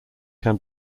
can